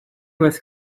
was